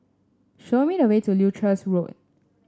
show me the way to Leuchars Road